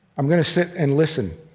i'm gonna sit and listen.